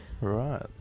Right